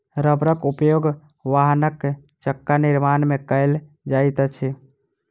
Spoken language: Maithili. रबड़क उपयोग वाहनक चक्का निर्माण में कयल जाइत अछि